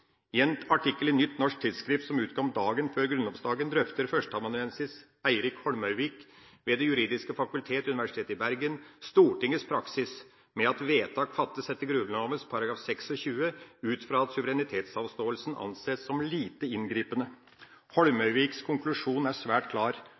en artikkel i Nytt Norsk Tidsskrift, som utkom dagen for grunnlovsdagen, drøfter førsteamanuensis Eirik Holmøyvik ved Det juridiske fakultet, Universitetet i Bergen, Stortingets praksis med at vedtak fattes etter Grunnloven § 26 ut fra at suverenitetsavståelsen anses som «lite inngripende».